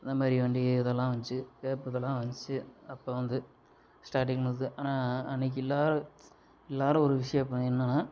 அந்தமாதிரி வண்டி இதெல்லாம் வந்துச்சு கேப் இதெல்லாம் வந்துச்சு அப்போ வந்து ஸ்டார்டிங்லயிருந்துது ஆனால் அன்னைக்கு இல்லாத இல்லாத ஒரு விஷயம் இப்போ என்னென்னா